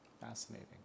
Fascinating